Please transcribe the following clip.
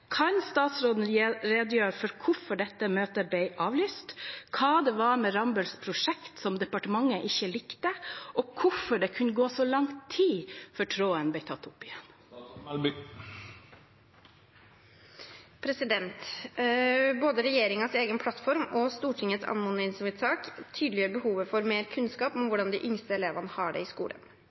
Kan statsråden redegjøre for hvorfor dette møtet ble avlyst, hva det var med Rambølls prosjekt departementet ikke likte, og hvordan det kunne gå så lang tid før tråden ble tatt opp igjen?» Både regjeringens egen plattform og Stortingets anmodningsvedtak tydeliggjør behovet for å få mer kunnskap om hvordan de yngste elevene har det i skolen.